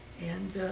and